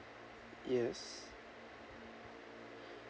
yes